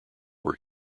were